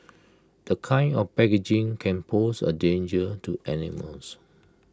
the kind of packaging can pose A danger to animals